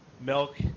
Milk